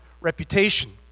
reputation